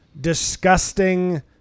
disgusting